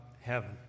heaven